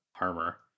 armor